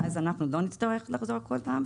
ואז לא נצטרך לחזור כל פעם?